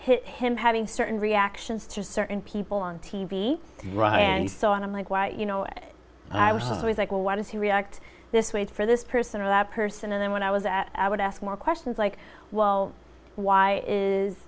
hit him having certain reactions to certain people on t v right and so i'm like why you know i was always like well why does he react this way for this person or that person and then when i was at i would ask more questions like well why is